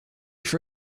for